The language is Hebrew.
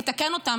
תתקן אותם,